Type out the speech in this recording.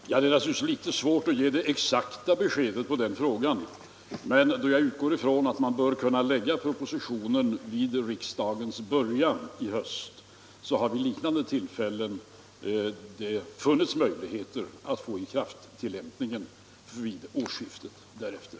Herr talman! Det är naturligtvis litet svårt att ge exakt besked på den frågan. Jag utgår från att man bör kunna framlägga propositionen vid riksmötets början i höst, och i liknande situationer har det funnits möjlighet att låta ikraftträdandet ske vid årsskiftet därefter.